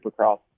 supercross